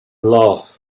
love